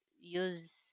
use